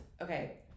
okay